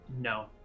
No